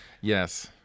Yes